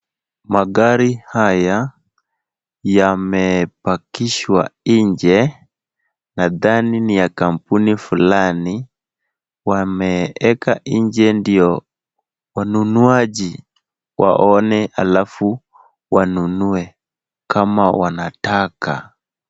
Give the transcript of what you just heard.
Magari haya yamepackishwa nje na gari ni ya kampuni fulani. Wameweka nje ndio wanunuaji waone alafu wanunue kama wanataka.